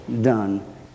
done